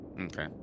Okay